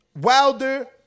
wilder